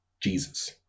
jesus